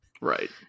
Right